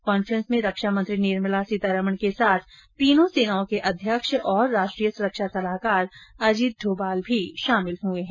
काँफें स में रक्षा मंत्री निर्मला सीतारमण के साथ तीनों सेनाओं के अध्यक्ष और राष्ट्रीय सुरक्षा सलाहकार अजीत डोभाल भी शामिल हुए है